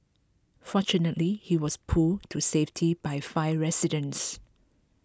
fortunately he was pulled to safety by five residents